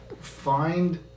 find